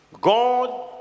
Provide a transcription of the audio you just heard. God